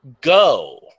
go